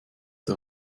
der